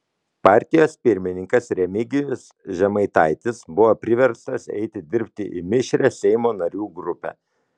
partijos pirmininkas remigijus žemaitaitis buvo priverstas eiti dirbti į mišrią seimo narių grupę